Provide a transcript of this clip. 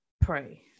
Pray